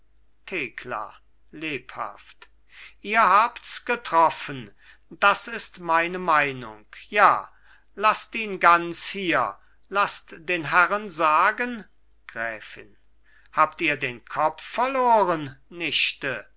thekla lebhaft ihr habts getroffen das ist meine meinung ja laßt ihn ganz hier laßt den herren sagen gräfin habt ihr den kopf verloren nichte